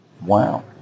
Wow